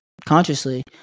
consciously